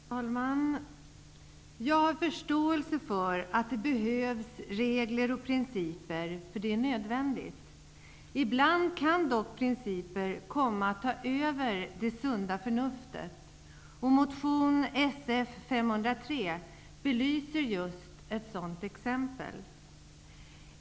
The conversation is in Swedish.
Herr talman! Jag har förståelse för att det behövs regler och principer -- det är nödvändigt. Ibland kan dock principer komma att ta över det sunda förnuftet. Motion Sf503 belyser just ett sådant exempel.